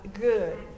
Good